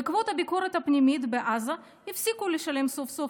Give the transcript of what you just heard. בעקבות הביקורת הפנימית בעזה הפסיקו לשלם סוף-סוף